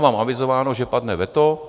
Mám avizováno, že padne veto.